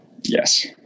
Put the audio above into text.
yes